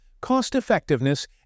cost-effectiveness